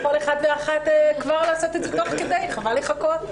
פעולות בהרדמה היו ויישארו חלק מהעבודה שלנו,